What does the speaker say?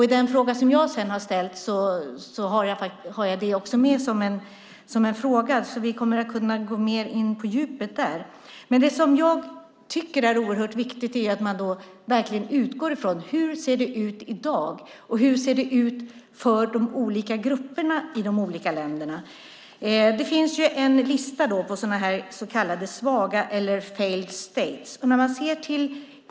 I den interpellation jag har ställt till statsrådet har jag tagit med den frågan. Vi kommer att kunna gå mer in på djupet i den frågan i nästa debatt. Vad som är oerhört viktigt är att verkligen utgå från hur det ser ut i dag och hur det ser ut för de olika grupperna i de olika länderna. Det finns en lista på så kallade svaga stater, failed states.